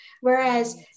Whereas